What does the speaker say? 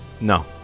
no